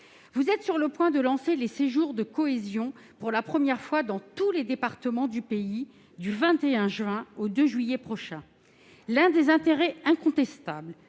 Vous êtes sur le point de lancer les séjours de cohésion, pour la première fois dans tous les départements du pays, du 21 juin au 2 juillet prochain. L'un des intérêts incontestables